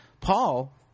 Paul